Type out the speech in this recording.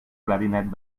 clarinet